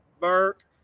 Burke